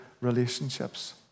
relationships